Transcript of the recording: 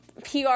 PR